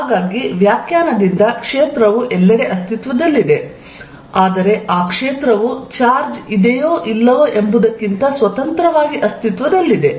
ಹಾಗಾಗಿ ವ್ಯಾಖ್ಯಾನದಿಂದ ಕ್ಷೇತ್ರವು ಎಲ್ಲೆಡೆ ಅಸ್ತಿತ್ವದಲ್ಲಿದೆ ಆದರೆ ಆ ಕ್ಷೇತ್ರವು ಚಾರ್ಜ್ ಇದೆಯೋ ಇಲ್ಲವೋ ಎಂಬುದಕ್ಕಿಂತ ಸ್ವತಂತ್ರವಾಗಿ ಅಸ್ತಿತ್ವದಲ್ಲಿದೆ